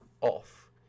off